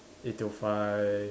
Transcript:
eight till five